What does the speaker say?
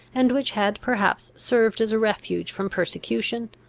and which had perhaps served as a refuge from persecution,